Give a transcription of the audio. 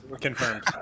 Confirmed